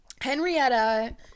Henrietta